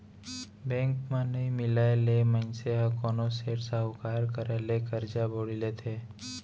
bank म नइ मिलय ले मनसे ह कोनो सेठ, साहूकार करा ले करजा बोड़ी लेथे